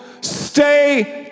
Stay